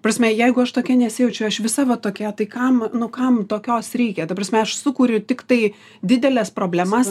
prasme jeigu aš tokia nesijaučiu aš visa va tokia tai kam nu kam tokios reikia ta prasme aš sukuriu tiktai dideles problemas